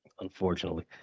unfortunately